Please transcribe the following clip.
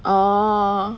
ah